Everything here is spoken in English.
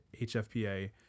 HFPA